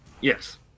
Yes